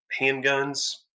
handguns